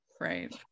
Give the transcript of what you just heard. right